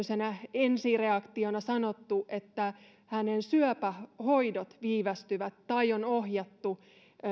ensireaktiona sanottu että hänen syöpähoitonsa viivästyvät tai on ohjattu